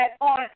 on